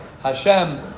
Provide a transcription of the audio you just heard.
Hashem